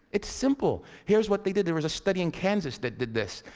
it's simple. here's what they did. there was a study in kansas that did this.